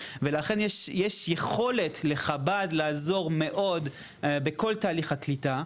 ולכן יש יכולת לחב"ד לעזור מאוד בכל תהליך הקליטה,